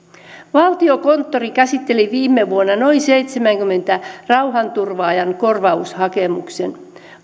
valtiokonttori käsitteli viime vuonna noin seitsemänkymmenen rauhanturvaajan korvaushakemuksen